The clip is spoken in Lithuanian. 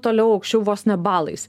toliau aukščiau vos ne balais